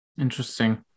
Interesting